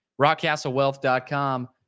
rockcastlewealth.com